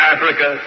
Africa